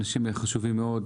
אנשים חשובים מאוד.